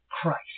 Christ